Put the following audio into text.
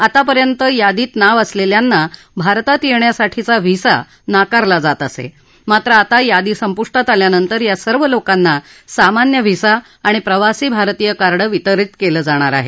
आतापर्यंत यादीत नाव असलेल्यांना भारतात येण्यासाठीचा व्हिसा नाकारला जात असे मात्र आता यादी संपुष्टात आल्यानंतर या सर्व लोकांना सामान्य व्हिसा आणि प्रवासी भारतीय कार्ड वितरीत केलं जाणार आहे